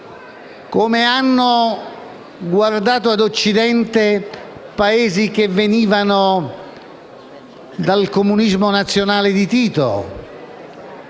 come hanno guardato ad occidente Paesi che venivano dal comunismo nazionale di Tito.